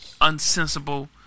unsensible